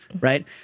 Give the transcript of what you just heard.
right